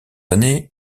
années